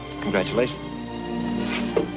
Congratulations